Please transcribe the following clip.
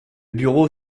bureau